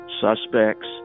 suspects